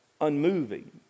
unmoving